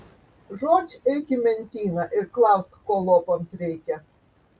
žodž eik į mentyną ir klausk ko lopams reikia